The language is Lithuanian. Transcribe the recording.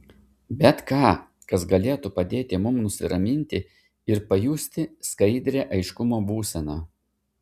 bet ką kas galėtų padėti mums nusiraminti ir pajusti skaidrią aiškumo būseną